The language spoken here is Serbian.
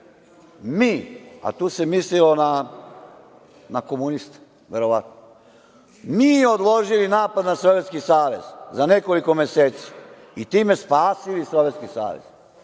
mi, a tu se mislilo na komuniste, verovatno, mi odložili napad na Sovjetski savez za nekoliko meseci i time spasili Sovjetski savez.